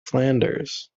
flanders